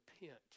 repent